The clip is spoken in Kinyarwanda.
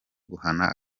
guhana